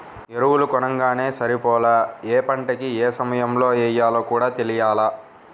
ఎరువులు కొనంగానే సరిపోలా, యే పంటకి యే సమయంలో యెయ్యాలో కూడా తెలియాల